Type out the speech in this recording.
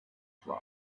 from